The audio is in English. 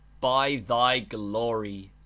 by thy glory!